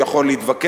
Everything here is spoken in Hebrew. הוא יכול להתווכח,